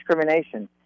discrimination